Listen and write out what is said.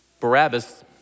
Barabbas